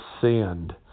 send